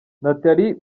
natalie